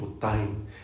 time